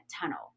tunnel